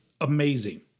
amazing